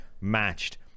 matched